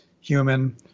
human